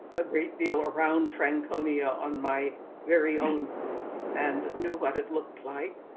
a great deal around franconia on my very own and knew what it looks like.